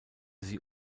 sie